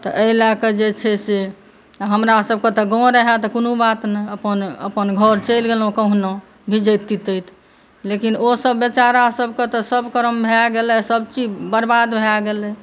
तऽ एहि लऽ कऽ जे छै से हमरा सभके तऽ गाँव रहै तऽ कोनो बात नहि अपन अपन घर चलि गेलहुँ कहुना भिजैत तितैत लेकिन ओ सभ बेचारा सभके तऽ सभ करम भऽ गेलै सभ चीज बर्बाद भऽ गेलै